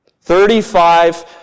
Thirty-five